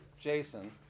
jason